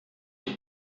die